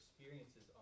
experiences